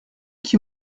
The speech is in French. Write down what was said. qui